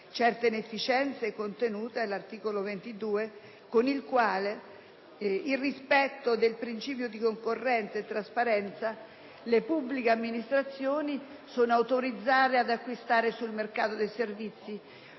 certe inefficienze contenuto nell'articolo 22, con il quale, nel rispetto dei princìpi di concorrenza e di trasparenza, le pubbliche amministrazioni sono autorizzate ad acquistare sul mercato i servizi